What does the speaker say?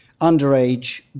underage